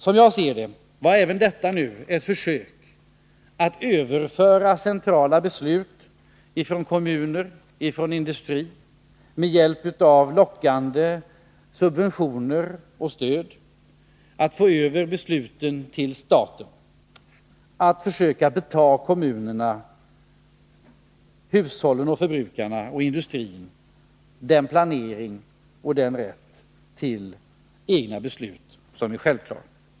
Som jag ser det var även detta ett försök att med hjälp av lockande subventioner och stöd överföra centrala beslut från kommuner och industri till staten, att betaga kommunerna, förbrukarna, hushållen och industrin, den rätt till planering och egna beslut som är självklar.